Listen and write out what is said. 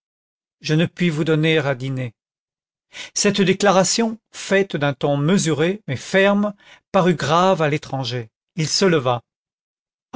je ne puis vous donner à dîner cette déclaration faite d'un ton mesuré mais ferme parut grave à l'étranger il se leva